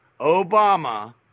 Obama